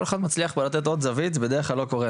כל אחד מצליח פה לתת עוד זווית וזה דבר שבדרך כלל לא קורה.